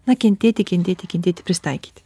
na kentėti kentėti kentėti prisitaikyti